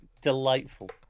Delightful